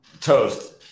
Toast